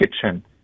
kitchen